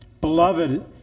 Beloved